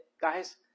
guys